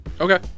Okay